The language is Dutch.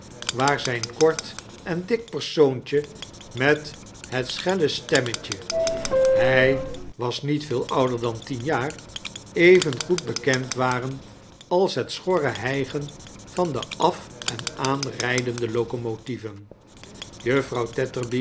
waar zijn kort en dik persoontje met het schelle stemmetje hij was niet veel ouder dan tien jaar even goed bekend waren als het schorre hijgetn van de af en aanrijdende locomotieven juffrouw